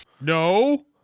No